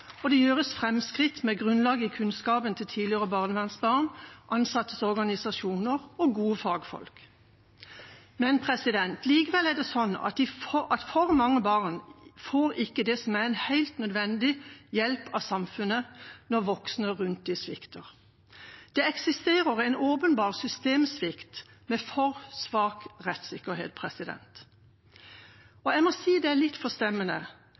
og det gjøres framskritt med grunnlag i kunnskapen til tidligere barnevernsbarn, ansattes organisasjoner og gode fagfolk. Men likevel er det slik at for mange barn ikke får det som er en helt nødvendig hjelp av samfunnet når voksne rundt dem svikter. Det eksisterer en åpenbar systemsvikt med for svak rettssikkerhet. Jeg må si det er forstemmende